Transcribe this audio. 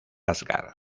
asgard